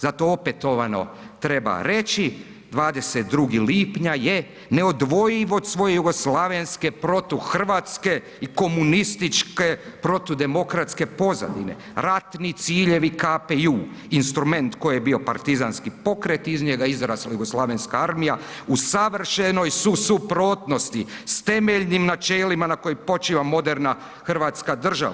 Zato opetovano treba reći 22. lipnja je neodvojiv od svoje jugoslavenske protuhrvatske i komunističke protudemokratske pozadine, ratni ciljevi KPJ-u, instrument koji je bio partizanski pokret iz njega izrasla jugoslavenska armija u savršenoj su suprotnosti s temeljnim načelima na kojima počiva moderna Hrvatska država.